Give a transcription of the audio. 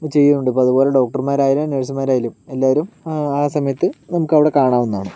ചെയ്യുന്നുണ്ട് ഇപ്പോൾ അതുപോലെ ഡോക്ടർമാരായാലും നേഴ്സ്മാരായാലും എല്ലാവരും ആ സമയത്ത് നമുക്കവിടെ കാണാവുന്നതാണ്